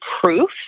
proof